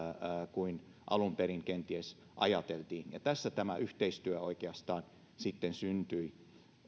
kuin alun perin kenties ajateltiin ja tässä tämä yhteistyö oikeastaan sitten syntyi